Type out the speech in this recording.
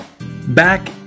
Back